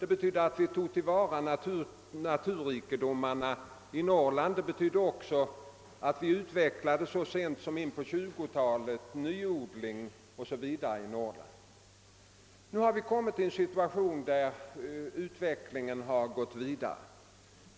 Det betydde att man tog till vara naturrikedomarna i Norrland och det betydde också att det så sent som på 1920-talet utvecklade en nyodling i Norrland. Nu har vi kommit i en situation där utvecklingen har gått vidare och i nya banor.